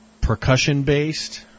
percussion-based